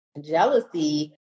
jealousy